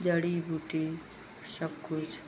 जड़ी बूटी सब कुछ